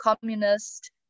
communist